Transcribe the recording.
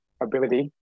ability